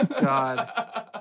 God